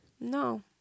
No